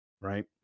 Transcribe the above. Right